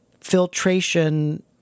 filtration